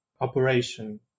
operation